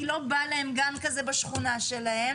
כי לא בא להם גן כזה בשכונה שלהם,